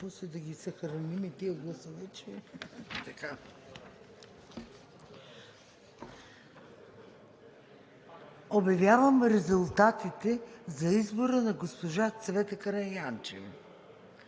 Обявявам резултатите за избора на госпожа Цвета Караянчева.